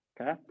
okay